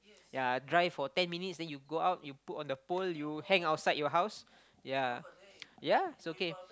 ya dry for ten minutes then you go out you put on the pole you hang outside your house ya ya is okay